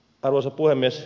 arvoisa puhemies